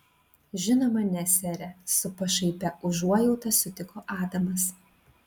žinoma ne sere su pašaipia užuojauta sutiko adamas